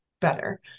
better